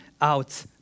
out